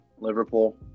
Liverpool